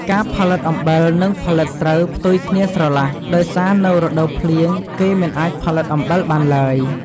ការផលិតអំបិលនិងផលិតស្រូវផ្ទុយគ្នាស្រឡះដោយសារនៅរដូវភ្លៀងគេមិនអាចផលិតអំបិលបានឡើយ ។